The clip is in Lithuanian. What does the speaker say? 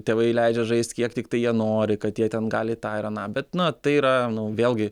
tėvai leidžia žaist kiek tiktai jie nori kad jie ten gali tą ir aną bet na tai yra vėlgi